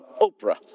Oprah